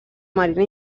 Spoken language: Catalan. marina